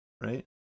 right